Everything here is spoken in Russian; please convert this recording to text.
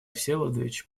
всеволодович